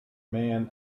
man